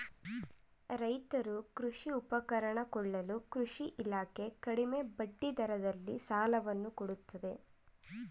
ರೈತರು ಕೃಷಿ ಉಪಕರಣ ಕೊಳ್ಳಲು ಕೃಷಿ ಇಲಾಖೆ ಕಡಿಮೆ ಬಡ್ಡಿ ದರದಲ್ಲಿ ಸಾಲವನ್ನು ಕೊಡುತ್ತದೆ